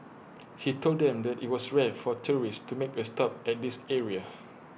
he told them that IT was rare for tourists to make A stop at this area